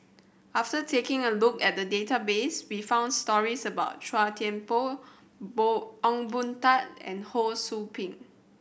after taking a look at the database we found stories about Chua Thian Poh Poh Ong Boon Tat and Ho Sou Ping